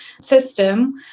system